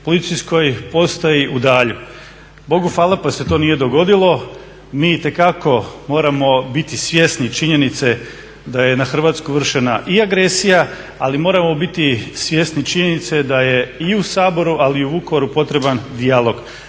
policijskoj postaji u Dalju. Bogu hvala pa se to nije dogodilo. Mi itekako moramo biti svjesni činjenice da je na Hrvatsku vršena i agresija ali moramo biti svjesni činjenice da je i u Saboru ali i u Vukovaru potreban dijalog.